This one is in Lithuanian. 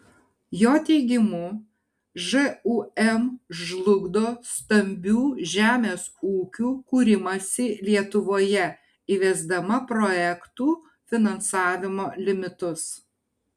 jo teigimu žūm žlugdo stambių žemės ūkių kūrimąsi lietuvoje įvesdama projektų finansavimo limitus